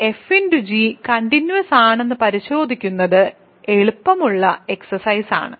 fg continuous ആണെന്ന് പരിശോധിക്കുന്നത് എളുപ്പമുള്ള എക്സ്സർസൈസ് ആണ്